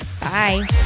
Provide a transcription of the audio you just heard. Bye